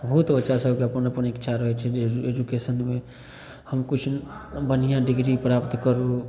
बहुत बच्चासभके अपन अपन इच्छा रहै छै जे एजुकेशनमे हम किछु बढ़िआँ डिग्री प्राप्त करू